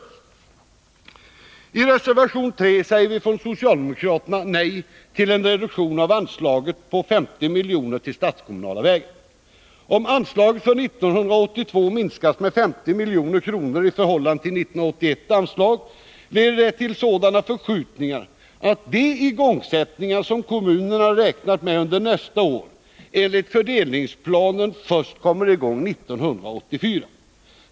I reservation 3 säger vi från socialdemokraterna nej till en reduktion av anslagen på 50 miljoner till statskommunala vägar. Om anslaget för 1982 minskas med 50 milj.kr. i förhållande till 1981 års anslag leder det till sådana förskjutningar att de igångsättningar som kommunerna räknat med under nästa år enligt fördelningsplanen kommer i gång först 1984.